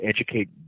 educate